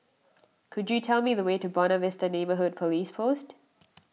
could you tell me the way to Buona Vista Neighbourhood Police Post